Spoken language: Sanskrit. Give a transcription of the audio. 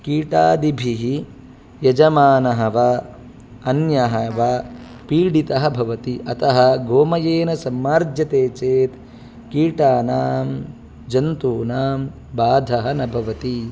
कीटादिभिः यजमानः वा अन्यः वा पीडितः भवति अतः गोमयेन सम्मार्ज्यते चेत् कीटानां जन्तूनां बाधः न भवति